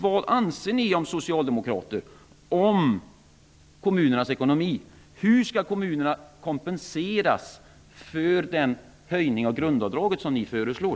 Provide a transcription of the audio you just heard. Vad anser ni socialdemokrater om kommunernas ekonomi? Hur skall kommunerna kompenseras för den höjning av grundavdraget som ni föreslår?